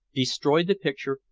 destroyed the picture,